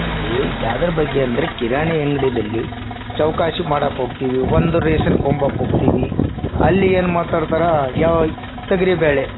ಈಗ ಯಾವುದ್ರ ಬಗ್ಗೆ ಅಂದರೆ ಕಿರಾಣಿ ಅಂಗಡಿದಲ್ಲಿ ಚೌಕಾಸಿ ಮಾಡೋಕೋಕ್ತಿವಿ ಒಂದು ರೇಶನ್ ಕೊಂಬೋಕೋಕ್ತಿವಿ ಅಲ್ಲಿ ಏನು ಮಾತಾಡ್ತಾರೆ ಯಾ ಈ ತೊಗ್ರಿಬೇಳೆ